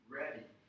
ready